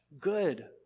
good